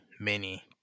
mini